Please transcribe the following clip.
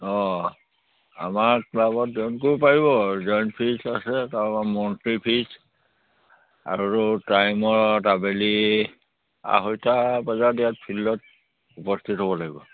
অ আমাৰ ক্লাবত জইন কৰিব পাৰিব জইন ফিজ আছে তাৰপৰা মন্থলি ফিজ আৰু টাইমত আবেলি আঢ়ৈটা বজাত ইয়াত ফিল্ডত উপস্থিত হ'ব লাগিব